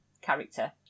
character